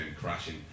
crashing